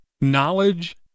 knowledge